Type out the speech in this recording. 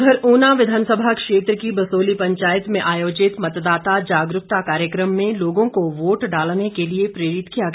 उधर ऊना विधानसभा क्षेत्र की बसोली पंचायत में आयोजित मतदाता जागरूकता कार्यक्रम में लोगों को वोट डालने के लिए प्रेरित किया गया